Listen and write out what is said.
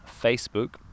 Facebook